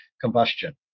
combustion